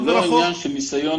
זה לא עניין של ניסיון,